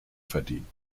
verdienen